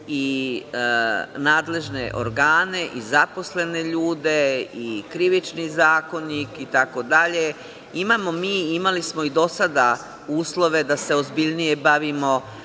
i nadležne organe, i zaposlene ljude i Krivični zakonik itd. Imamo mi, imali smo i do sada, uslove da se ozbiljnije bavimo